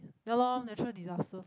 ya lor natural disaster